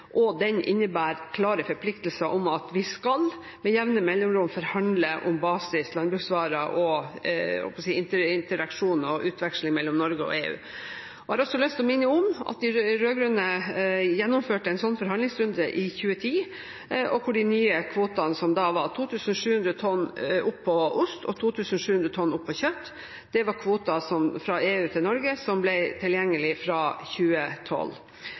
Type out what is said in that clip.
og den innebærer klare forpliktelser om at vi med jevne mellomrom skal forhandle om basis landbruksvarer, om interaksjon og utveksling mellom Norge og EU. Jeg har også lyst til å minne om at de rød-grønne gjennomførte en slik forhandlingsrunde i 2010, hvor de nye kvotene – 2 700 tonn opp på ost og 2 700 tonn opp på kjøtt – var kvoter fra EU til Norge som ble tilgjengelig fra 2012.